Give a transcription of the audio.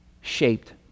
shaped